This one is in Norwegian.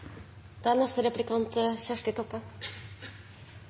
Da har representanten Kjersti Toppe